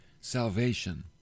salvation